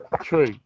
True